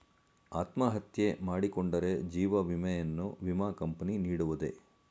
ಅತ್ಮಹತ್ಯೆ ಮಾಡಿಕೊಂಡರೆ ಜೀವ ವಿಮೆಯನ್ನು ವಿಮಾ ಕಂಪನಿ ನೀಡುವುದೇ?